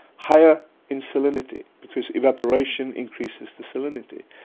higher in salinity because evaporation increases the salinity.